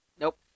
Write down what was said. Nope